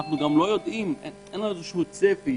גם אין צפי